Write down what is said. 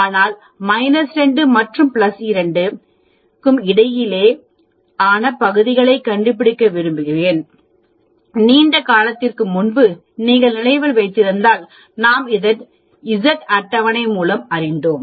எனவே நான் 2 மற்றும் 2 க்கு இடையிலான பகுதியைக் கண்டுபிடிக்க விரும்புகிறோம் நீண்ட காலத்திற்கு முன்பு நீங்கள் நினைவில் வைத்திருந்தால் நாம் அதை z அட்டவணை மூலம் அறிந்தோம்